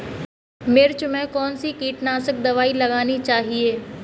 मिर्च में कौन सी कीटनाशक दबाई लगानी चाहिए?